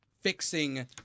Fixing